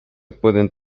pueden